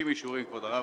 כבוד הרב